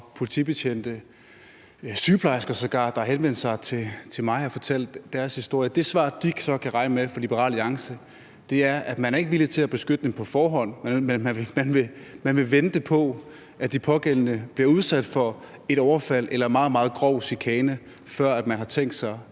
politibetjente og sågar sygeplejersker, der har henvendt sig til mig og fortalt deres historie, kan regne med fra Liberal Alliances side, er, at man ikke er villig til at beskytte dem på forhånd, men at man vil vente på, at de pågældende bliver udsat for et overfald eller meget, meget grov chikane, før man har tænkt sig